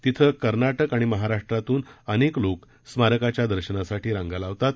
तिथं कर्नाटक आणि महाराष्ट्र राज्यातून अनेक लोक स्मारकाच्या दर्शनासाठी रांगा लावतात